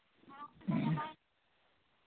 ᱦᱩᱸ